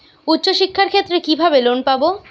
উচ্চশিক্ষার ক্ষেত্রে কিভাবে লোন পাব?